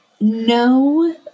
No